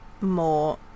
more